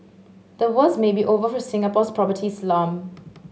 the worst may be over for Singapore's property slump